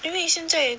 因为现在